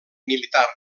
militar